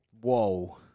Whoa